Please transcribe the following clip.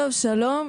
שלום.